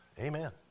Amen